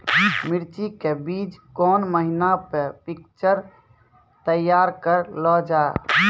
मिर्ची के बीज कौन महीना मे पिक्चर तैयार करऽ लो जा?